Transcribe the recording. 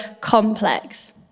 complex